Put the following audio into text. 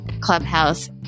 Clubhouse